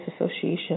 association